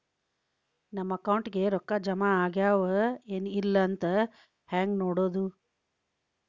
ನಮ್ಮ ಅಕೌಂಟಿಗೆ ರೊಕ್ಕ ಜಮಾ ಆಗ್ಯಾವ ಏನ್ ಇಲ್ಲ ಅಂತ ಹೆಂಗ್ ನೋಡೋದು?